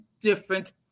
different